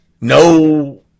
no